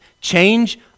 change